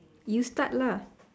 you start lah